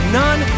none